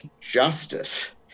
justice